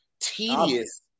tedious